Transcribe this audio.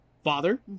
father